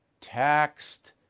taxed